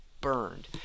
burned